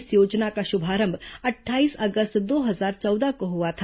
इस योजना का शुभारंभ अट्ठाईस अगस्त दो हजार चौदह को हुआ था